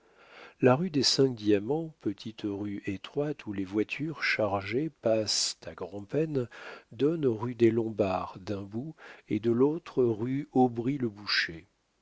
la rue des cinq diamants petite rue étroite où les voitures chargées passent à grand'peine donne rue des lombards d'un bout et de l'autre rue aubry boucher